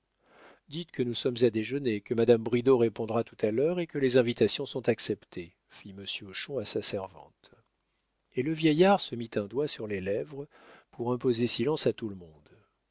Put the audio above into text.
que nous sommes à déjeuner que madame bridau répondra tout à l'heure et que les invitations sont acceptées fit monsieur hochon à sa servante et le vieillard se mit un doigt sur les lèvres pour imposer silence à tout le monde